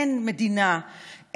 אין מדינה,